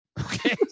Okay